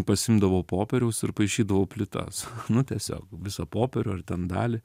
pasiimdavau popieriaus ir paišydavau plytas nu tiesiog visą popierių ar ten dalį